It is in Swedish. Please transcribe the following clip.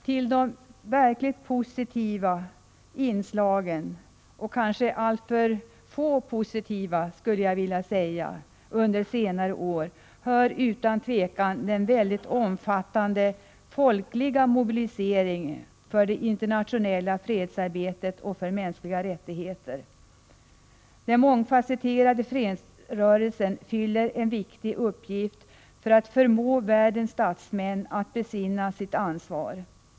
Till de verkligt positiva inslagen bland de enligt min mening alltför få sådana under senare år hör utan tvivel den mycket omfattande mobiliseringen för det internationella fredsarbetet och för mänskliga rättigheter. Den mångfasetterade fredsrörelsen fyller en viktig uppgift för att förmå världens statsmän att besinna sitt ansvar.